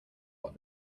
what